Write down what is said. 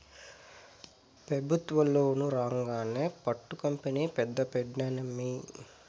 పెబుత్వ లోను రాంగానే పట్టు కంపెనీ పెద్ద పెడ్తానమ్మీ